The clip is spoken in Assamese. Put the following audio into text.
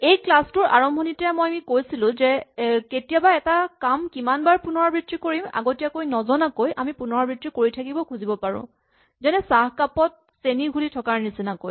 এই ক্লাচ টোৰ আৰম্ভণিতে আমি কৈছিলো যে কেতিয়াবা এটা কাম কিমানবাৰ পুণৰাবৃত্তি কৰিম আগতীয়াকৈ নজনাকৈ আমি পুণৰাবৃত্তি কৰি থাকিব খুজিব পাৰো যেনে চাহকাপত চেনি ঘুলি থকাৰ নিচিনাকৈ